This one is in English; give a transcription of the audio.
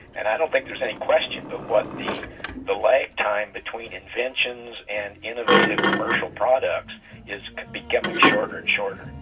and i don't think there's any question about but what, the the lag time between inventions and innovative commercial products is becoming shorter and shorter.